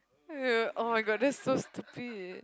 uh [oh]-my-god that's so stupid